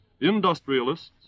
industrialists